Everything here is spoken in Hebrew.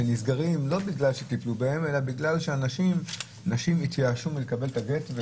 שהם נסגרים לא בגלל שטיפלו בהם אלא בגלל שנשים התייאשו מלקבל את הגט.